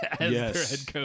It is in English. Yes